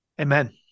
Amen